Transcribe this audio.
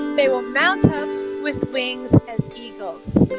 they will mount up with wings as eagles.